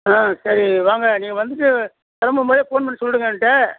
ஆ சரி வாங்க நீங்கள் வந்துட்டு கிளம்பும் போதே ஃபோன் பண்ணி சொல்லிடுங்கள் என்ட்ட